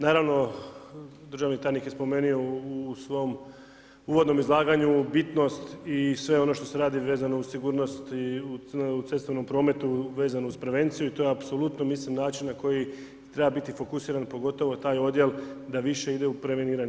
Naravno, državni tajnik je spomenuo u svom uvodnom izlaganju bitnost i sve ono što se radi vezano uz sigurnost u cestovnom prometu vezanu uz prevenciju i to je apsolutno mislim, način na koji treba fokusiran, pogotovo taj odjel da više ide u preveniranje.